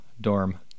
dorm